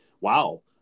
Wow